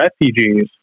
refugees